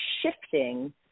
shifting